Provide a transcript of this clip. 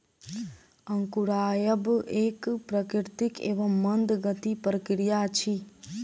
अंकुरायब एक प्राकृतिक एवं मंद गतिक प्रक्रिया अछि